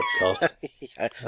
podcast